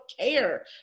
care